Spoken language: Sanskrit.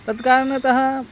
तत्कारणतः